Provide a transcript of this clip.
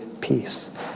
peace